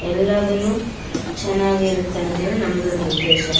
ಎಲ್ಲಾದನ್ನು ಚೆನ್ನಾಗಿರುತ್ತೆ ಅಂತೇಳಿ ನಮ್ದೊಂದು ಉದ್ದೇಶ